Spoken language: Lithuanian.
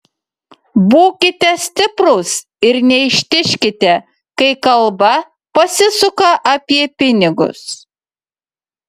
būkite stiprūs ir neištižkite kai kalba pasisuka apie pinigus